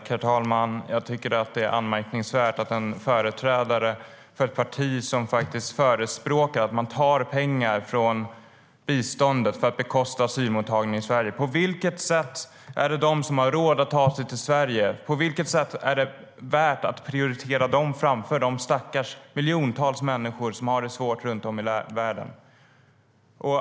Herr talman! Jag tycker att det här är anmärkningsvärt av en företrädare för ett parti som förespråkar att man tar pengar från biståndet för att bekosta asylmottagningen i Sverige. På vilket sätt är det värt att prioritera dem som har råd att ta sig till Sverige framför de miljontals stackars människor som har det svårt runt om i världen?